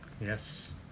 Yes